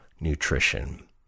nutrition